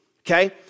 Okay